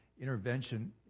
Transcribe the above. intervention